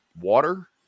water